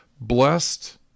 Blessed